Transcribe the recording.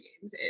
games